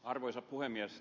arvoisa puhemies